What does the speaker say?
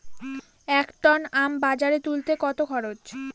এক টন আম বাজারে তুলতে কত খরচ?